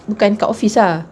bukan dekat office lah